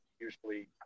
Usually